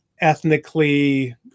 ethnically